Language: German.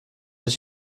ich